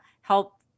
help